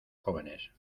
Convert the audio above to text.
jóvenes